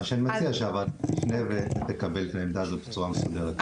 מה שאני מציע שהוועדה תפנה ותקבל את העמדה הזו בצורה מסודרת.